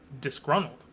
disgruntled